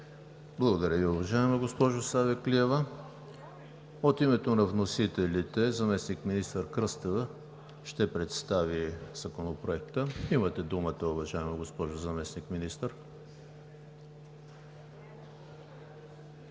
Благодаря Ви, уважаема госпожо Савеклиева. От името на вносителите заместник-министър Кръстева ще представи Законопроекта. Имате думата, уважаема госпожо Заместник-министър.